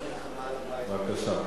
בבקשה.